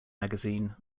magazine